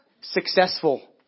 Successful